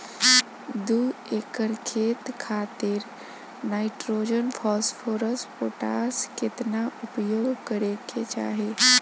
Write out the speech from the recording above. दू एकड़ खेत खातिर नाइट्रोजन फास्फोरस पोटाश केतना उपयोग करे के चाहीं?